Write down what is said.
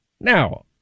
now